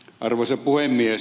arvoisa puhemies